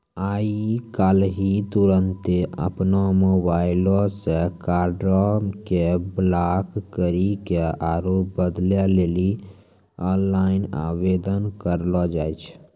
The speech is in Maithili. आइ काल्हि तुरन्ते अपनो मोबाइलो से कार्डो के ब्लाक करि के आरु बदलै लेली आनलाइन आवेदन करलो जाय छै